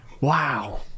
Wow